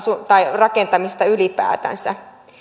rakentamista ylipäätänsä